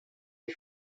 des